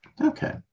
Okay